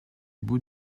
bout